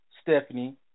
Stephanie